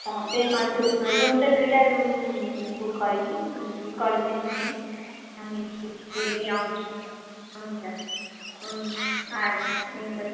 हुन्छ त्यसमा रुम चाहिँ दुईवटा नै रुम बुक गरी गरिदिनु नि हामी भोलि आउँछौँ हुन्छ हुन हजुर हुन्छ थ्याङ्क्यु